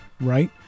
right